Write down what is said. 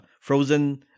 Frozen